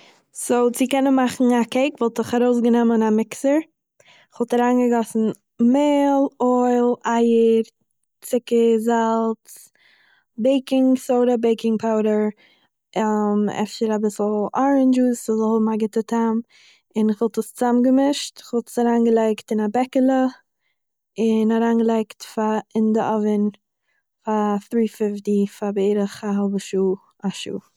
סו, צו קענען מאכן א קייק, וואלט איך ארויסגענומען מיין מיקסער, איך וואלט אריינגעגאסן מעל, אויל, אייער, צוקער, זאלץ בעיקינג סודא, בעיקינג פאודער, אפשר אביסל ארענדזש-דזשוס ס'זאל האבן א גוטע טעם, און איך וואלט עס צוזאמגעמישט, כ'וואלט עס אריינגעלייגט אין א בעקעלע און אריינגעלייגט פאר אין די אווען פאר ט'רי-פיפטי פאר בערך א האלבע שעה, א שעה